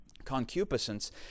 concupiscence